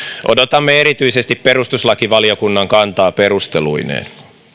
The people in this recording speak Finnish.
odotamme erityisesti perustuslakivaliokunnan kantaa perusteluineen